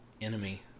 enemy